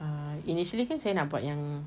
ah initially kan saya nak buat yang